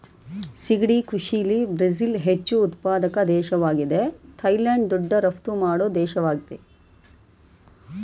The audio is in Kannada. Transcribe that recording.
ಸಿಗಡಿ ಕೃಷಿಲಿ ಬ್ರಝಿಲ್ ಹೆಚ್ಚು ಉತ್ಪಾದಕ ದೇಶ್ವಾಗಿದೆ ಥೈಲ್ಯಾಂಡ್ ದೊಡ್ಡ ರಫ್ತು ಮಾಡೋ ದೇಶವಾಗಯ್ತೆ